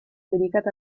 dedicata